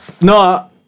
No